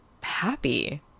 happy